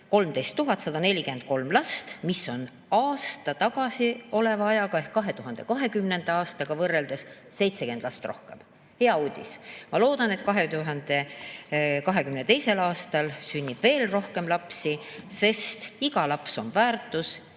13 143 last, mis on aasta tagasi oleva ajaga ehk 2020. aastaga võrreldes 70 last rohkem. Hea uudis. Ma loodan, et 2022. aastal sünnib veel rohkem lapsi, sest iga laps on väärtus,